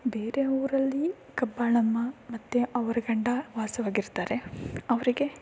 ಬೇರೆ ಊರಲ್ಲಿ ಕಬ್ಬಾಳಮ್ಮ ಮತ್ತು ಅವ್ರ ಗಂಡ ವಾಸವಾಗಿರ್ತಾರೆ ಅವರಿಗೆ